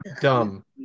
Dumb